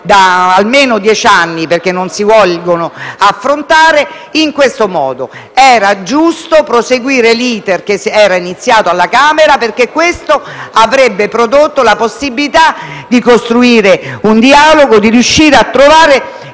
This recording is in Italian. da almeno dieci anni poiché non si vogliono affrontare. Sarebbe stato giusto proseguire l'*iter* iniziato alla Camera, perché questo avrebbe comportato la possibilità di costruire un dialogo e di riuscire a trovare